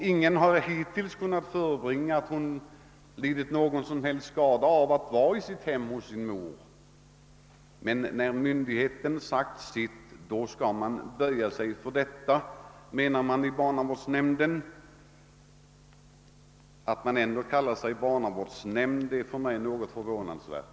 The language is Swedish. Ingen har hittills kunnat bevisa att barnet lidit någon som helst skada av att vara hos sin mor, men sedan myndigheten sagt sitt ord skall man tydligen böja sig för det, menar man i barnavårdsnämnden. Det är bara något förvåninde att man då kallar sig för barnavårdsnämnd.